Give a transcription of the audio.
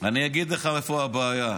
אני אגיד לך איפה הבעיה.